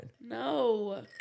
No